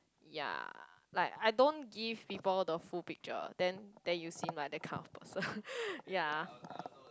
ya like I don't give people the full picture then then you seem like that kind of person ya